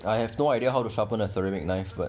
I have no idea how to sharpen a ceramic knife but